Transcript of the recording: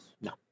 No